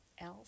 else